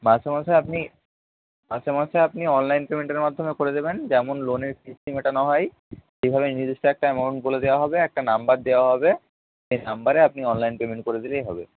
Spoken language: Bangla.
মাসে মাসে আপনি মাসে মাসে আপনি অনলাইন পেমেন্টের মাধ্যমেও করে দেবেন যেমন লোনের কিস্তি মেটানো হয় সেভাবেই নির্দিষ্ট একটা অ্যামাউন্ট বলে দেওয়া হবে একটা নম্বর দেওয়া হবে সেই নম্বরে আপনি অনলাইন পেমেন্ট করে দিলেই হবে